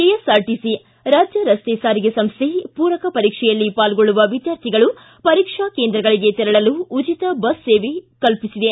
KSRTC ರಾಜ್ಯ ರಸ್ತೆ ಸಾರಿಗೆ ಸಂಸ್ಥೆ ಪೂರಕ ಪರೀಕ್ಷೆಯಲ್ಲಿ ಪಾಲ್ಗೊಳ್ಳುವ ವಿದ್ಯಾರ್ಥಿಗಳು ಪರೀಕ್ಷಾ ಕೇಂದ್ರಗಳಗೆ ತೆರಳಲು ಉಚಿತ ಬಸ್ ಸೌಲಭ್ಯ ಕಲ್ಪಿಸಿದೆ